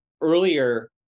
earlier